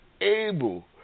able